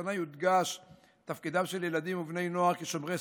השנה יודגש תפקידם של ילדים ובני נוער כשומרי